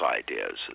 ideas